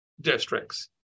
districts